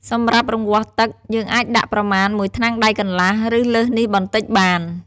សម្រាប់រង្វាស់ទឹក យើងអាចដាក់ប្រមាណមួយថ្នាំងដៃកន្លះ ឬ លើសនេះបន្តិចបាន។